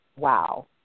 Wow